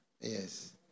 Yes